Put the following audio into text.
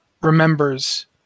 remembers